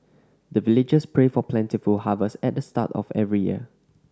the villagers pray for plentiful harvest at the start of every year